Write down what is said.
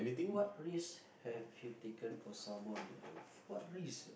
what risk have you taken for someone you love what risk ah